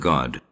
God